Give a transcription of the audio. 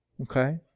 Okay